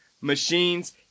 machines